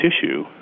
tissue